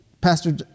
Pastor